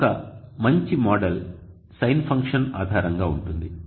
కాబట్టి ఒక మంచి మోడల్ సైన్ ఫంక్షన్ ఆధారంగా ఉంటుంది